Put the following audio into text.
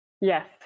Yes